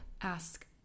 ask